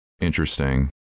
interesting